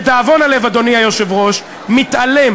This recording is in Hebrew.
לדאבון הלב, אדוני היושב-ראש, מתעלם